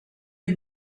had